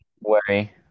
worry